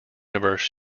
universe